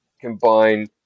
combine